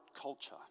culture